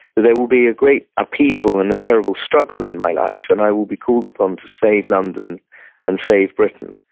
there will be a great upheaval upheaval and a terrible struggle in my life and i will be called upon to save london and save britain,